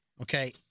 Okay